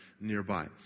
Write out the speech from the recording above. nearby